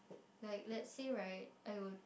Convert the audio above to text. like let's say right I would